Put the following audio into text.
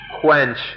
quench